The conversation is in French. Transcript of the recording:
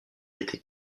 était